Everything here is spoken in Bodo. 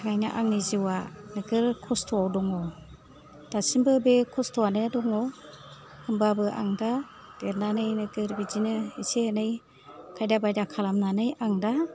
बेखायनो आंनि जिउआ नोगोर खस्थ'आव दङ दासिमबो बे खस्थ'आनो दङ होमबाबो आं दा देरनानै नोगोर बिदिनो एसे एनै खायदा बायदा खालामनानै आं दा